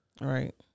Right